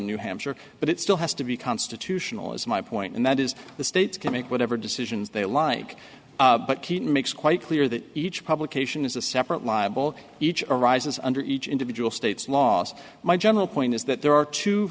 new hampshire but it still has to be constitutional as my point and that is the states can make whatever decisions they like but keep makes quite clear that each publication is a separate liable each arises under each individual states last my general point is that there are two